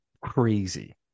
crazy